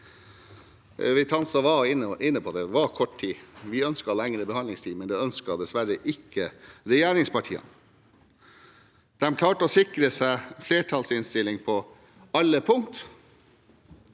Vitanza var inne på at det var kort tid. Vi ønsket lengre behandlingstid, men det ønsket dessverre ikke regjeringspartiene. De klarte å sikre seg flertallsinnstilling på alle punkter